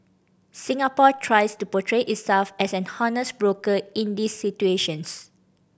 Singapore tries to portray itself as an honest broker in these situations